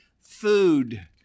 food